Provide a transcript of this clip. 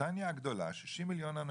בריטניה הגדולה 60 מיליון אנשים,